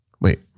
Wait